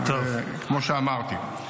כמו שאמרתי.